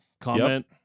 comment